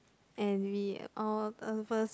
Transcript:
and we all of us